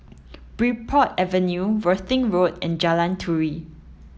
Bridport Avenue Worthing Road and Jalan Turi